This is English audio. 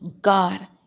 God